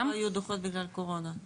ב-20 לא היו דוחות בגלל הקורונה.